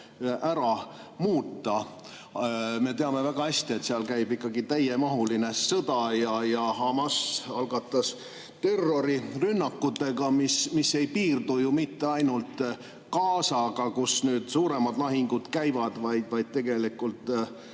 ära muuta. Me teame väga hästi, et seal käib täiemahuline sõda, mille Hamas algatas terrorirünnakutega ja mis ei piirdu mitte ainult Gazaga, kus suuremad lahingud käivad. Tegelikult